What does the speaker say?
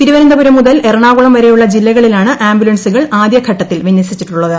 തിരുവനന്തപുരം മുതൽ എറണാകുളം വരെയുള്ള ജീല്ലകളിലാണ് ആംബുലൻസുകൾ ആദ്യഘട്ടത്തിൽ വിന്യസിച്ചിട്ടുള്ളത്